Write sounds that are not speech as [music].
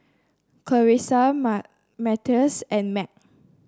Carisa [unintelligible] Matthias and Meg